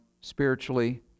spiritually